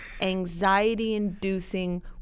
anxiety-inducing